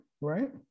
Right